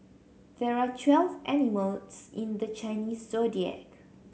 there are twelve animals in the Chinese Zodiac